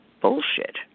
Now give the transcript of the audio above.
bullshit